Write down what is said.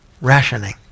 rationing